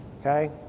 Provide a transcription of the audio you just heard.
okay